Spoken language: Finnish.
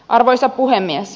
arvoisa puhemies